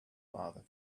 father